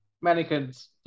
mannequins